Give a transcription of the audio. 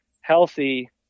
healthy